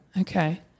Okay